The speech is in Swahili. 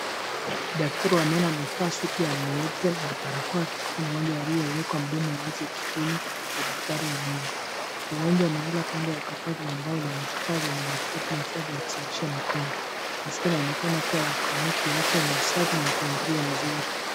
Daktari wa meno amevaa suti nyeupe na barakoa, akitibu mgonjwa aliye weka mdogo wazi kitini cha daktari wa meno. Mgonjwa amelala kando la kabati la mbao lenye vifaa vya matibabu na vifaa vya kusafisha mikono. Mazingira yanaonekana kuwa kliniki ya afya yenye usafi na mpangilio mzuri.